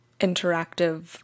interactive